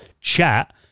chat